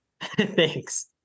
Thanks